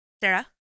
Sarah